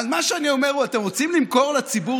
אז מה שאני אומר הוא: אתם רוצים למכור לציבור